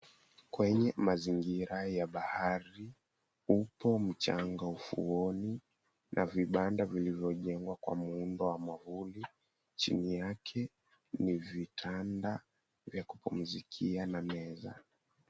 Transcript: Kwenye mazingira ya bahari, upo mchanga wa ufuoni na vibanda vilivyojengwa kwa muundo wa mwavuli, chini yake ni vitanda vya kupumzikia na meza.